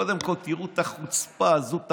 קודם כול תראו את החוצפה, עזות המצח,